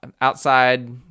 outside